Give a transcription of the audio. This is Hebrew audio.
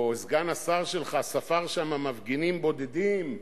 או סגן השר שלך ספר שם מפגינים בודדים?